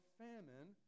famine